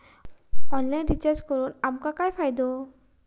Online recharge करून आमका काय फायदो?